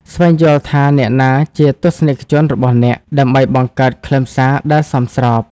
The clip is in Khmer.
ស្វែងយល់ថាអ្នកណាជាទស្សនិកជនរបស់អ្នក ដើម្បីបង្កើតខ្លឹមសារដែលសមស្រប។